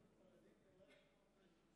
לרשותך.